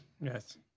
Yes